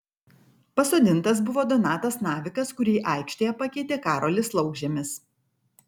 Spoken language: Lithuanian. pasodintas buvo donatas navikas kurį aikštėje pakeitė karolis laukžemis